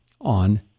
on